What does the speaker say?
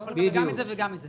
הוא יכול לקבל גם את זה וגם את זה.